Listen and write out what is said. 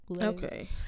okay